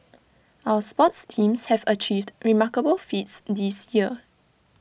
our sports teams have achieved remarkable feats this year